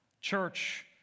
Church